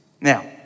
Now